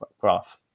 Graph